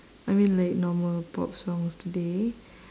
I mean like normal pop songs today